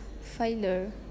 failure